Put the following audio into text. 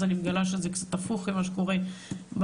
אני מגלה שזה הפוך ממה שקורה במציאות,